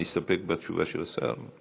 נסתפק בתשובה של השר?